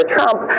Trump